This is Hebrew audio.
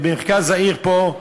במרכז העיר פה,